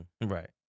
Right